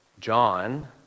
John